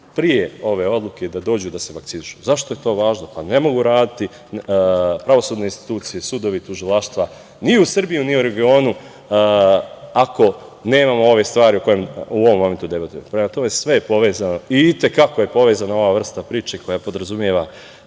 pre ove odluke da dođu da se vakcinišu. Zašto je to važno? Ne mogu raditi pravosudne institucije, sudovi i tužilaštva, ni u Srbiji, ni u regionu ako nemamo ove stvari o kojima u ovom momentu debatujemo. Prema tome, sve je povezano i te kako je povezana ova vrsta priče, koja podrazumeva